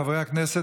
חברי הכנסת,